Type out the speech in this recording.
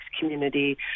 community